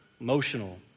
emotional